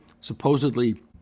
supposedly